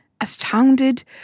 astounded